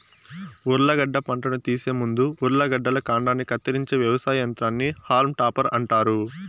ఉర్లగడ్డ పంటను తీసే ముందు ఉర్లగడ్డల కాండాన్ని కత్తిరించే వ్యవసాయ యంత్రాన్ని హాల్మ్ టాపర్ అంటారు